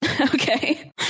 Okay